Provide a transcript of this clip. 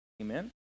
Amen